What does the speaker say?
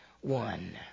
one